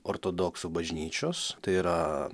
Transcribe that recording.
ortodoksų bažnyčios tai yra